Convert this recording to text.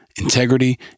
Integrity